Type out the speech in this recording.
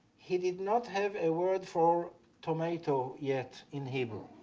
he did not have a word for tomato yet in hebrew.